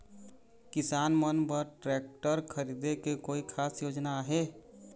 किसान मन बर ट्रैक्टर खरीदे के कोई खास योजना आहे?